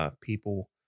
People